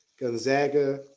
Gonzaga